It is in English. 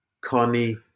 Connie